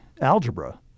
algebra